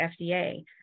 FDA